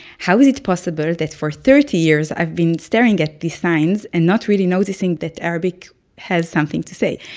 how is it possible that for thirty years i've been staring at these signs and not really noticing that arabic has something to say?